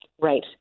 Right